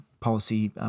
policy